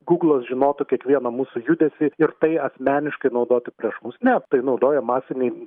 gūglas žinotų kiekvieną mūsų judesį ir tai asmeniškai naudotų prieš mus ne tai naudoja masiniai